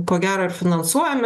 ko gero ir finansuojami